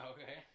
Okay